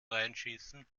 reinschießen